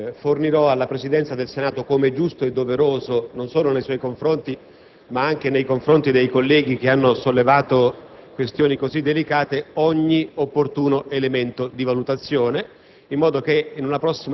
intervengo solo per annunciare che fornirò alla Presidenza del Senato - come è giusto e doveroso non solo nei suoi confronti, ma anche nei confronti dei colleghi che hanno sollevato